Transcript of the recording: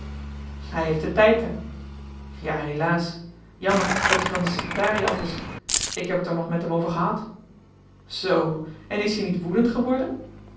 hij heeft de tijd hè ja helaas jammer dat ie van de secretarie af is ik heb het er nog met hem over gehad z en is ie niet woedend geworden